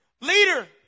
Leader